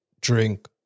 drink